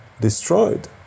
destroyed